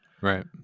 Right